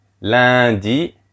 Lundi